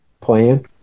plan